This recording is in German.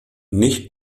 nicht